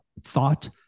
thought